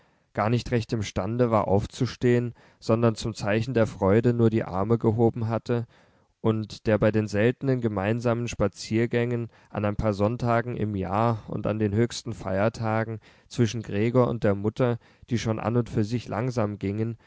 gar nicht recht imstande war aufzustehen sondern zum zeichen der freude nur die arme gehoben hatte und der bei den seltenen gemeinsamen spaziergängen an ein paar sonntagen im jahr und an den höchsten feiertagen zwischen gregor und der mutter die schon an und für sich langsam gingen